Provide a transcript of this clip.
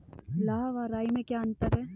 लाह व राई में क्या अंतर है?